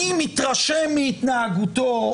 אני מתרשם מהתנהגותו,